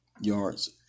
yards